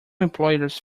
employers